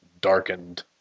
darkened